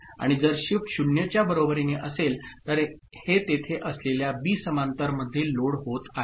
आणि जर शिफ्ट 0 च्या बरोबरीने असेल तर हे तेथे असलेल्या बी समांतर मध्ये लोड होत आहे